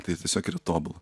tai tiesiog yra tobula